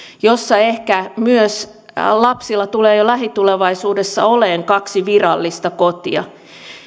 jossa ehkä myös lapsilla tulee lähitulevaisuudessa olemaan kaksi virallista kotia